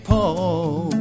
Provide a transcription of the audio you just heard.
Paul